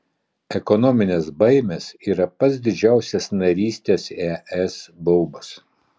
ekonominės baimės yra pats didžiausias narystės es baubas